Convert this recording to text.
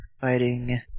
fighting